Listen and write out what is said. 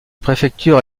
préfecture